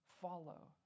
follow